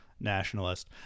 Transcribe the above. nationalist